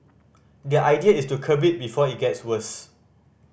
the idea is to curb it before it gets worse